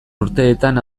urteetan